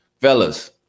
Fellas